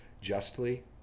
justly